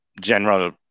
general